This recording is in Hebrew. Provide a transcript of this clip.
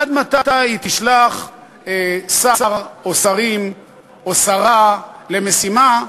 עד מתי היא תשלח שר או שרים או שרה למשימה,